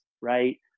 right